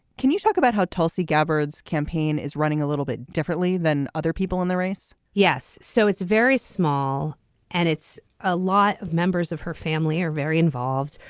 can you talk about how tulsi gabbard campaign is running a little bit differently than other people in the race. yes so it's very small and it's a lot of members of her family are very involved.